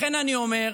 לכן אני אומר,